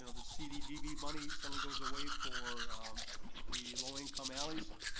ah the cdgb money suddenly goes away for the low-income alleys,